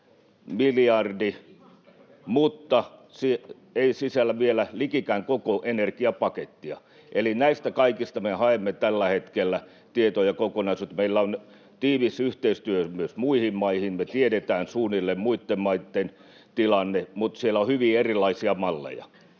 mutta se ei sisällä vielä likikään koko energiapakettia. Eli näistä kaikista me haemme tällä hetkellä tietoa ja kokonaisuutta. Meillä on tiivis yhteistyö myös muihin maihin, tiedetään suunnilleen muitten maitten tilanne, mutta siellä on hyvin erilaisia malleja.